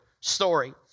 story